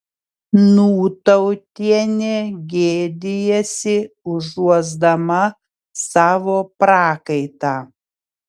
nūtautienė gėdijasi užuosdama savo prakaitą